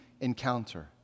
encounter